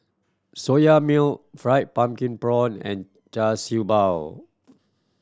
Soya Milk fried pumpkin prawn and Char Siew Bao